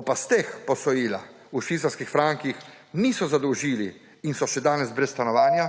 o pasteh posojila v švicarskih frankih niso zadolžili in so še danes brez stanovanja.